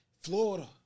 Florida